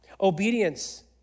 Obedience